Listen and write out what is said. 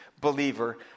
believer